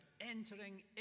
entering